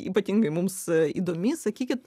ypatingai mums įdomi sakykit